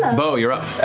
beau, you're up.